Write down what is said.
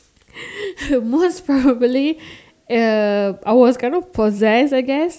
most probably uh I was kind of possessed I guess